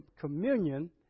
communion